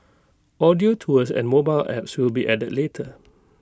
audio tours and mobile apps will be added later